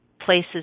places